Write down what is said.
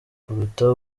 kuruta